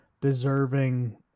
deserving